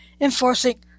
enforcing